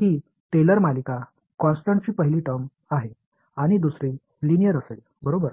ही Taylor मालिका कॉन्स्टन्टची पहिली टर्म आहे दुसरी लिनिअर असेल बरोबर